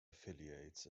affiliates